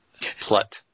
Plot